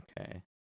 Okay